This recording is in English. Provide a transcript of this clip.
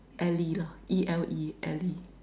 ele lah E_L_E ele